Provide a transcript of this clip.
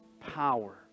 power